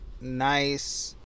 nice